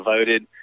voted